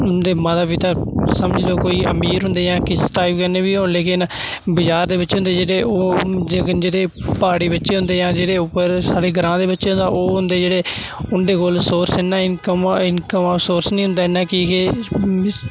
उं'दे माता पिता समझी लाओ कोई अमीर होंदे जां कि'स टाईप कन्नै बी होन लेकिन बजार दे बिच होंदे जेह्ड़े ओह् जेह्के न जेह्ड़े प्हाड़ें बिच होंदे जेह्ड़े जां जेह्ड़े उप्पर साढ़े ग्रां दे बिच तां ओह् होंदे जेह्ड़े उं'दे कोल सोर्स इ'न्ना इंकम इंकम ऑफ सोर्स निं होंदा इ'न्ना कि